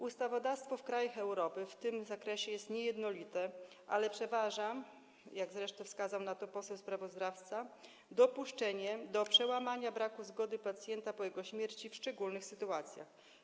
Ustawodawstwo w krajach Europy w tym zakresie jest niejednolite, ale przeważa - jak zresztą wskazał poseł sprawozdawca - dopuszczenie do przełamania braku zgody pacjenta po jego śmierci w szczególnych sytuacjach.